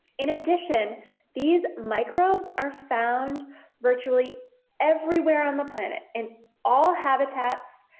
in addition these microbes are found virtually everywhere on the planet, in all habitats,